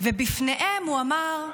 ובפניהם הוא אמר: